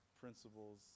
principles